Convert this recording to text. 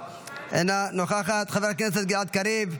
אינה נוכחת, חבר הכנסת גלעד קריב,